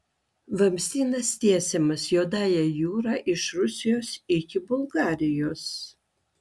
vamzdynas tiesiamas juodąja jūra iš rusijos iki bulgarijos